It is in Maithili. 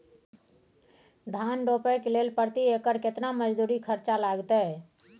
धान रोपय के लेल प्रति एकर केतना मजदूरी खर्चा लागतेय?